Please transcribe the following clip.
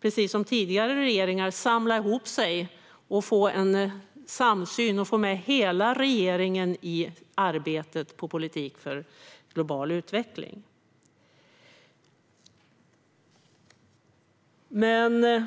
precis som tidigare regeringar, har försökt samla ihop sig för att få en samsyn och få med hela regeringen i arbetet när det gäller politik för global utveckling. Herr talman!